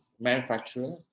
manufacturers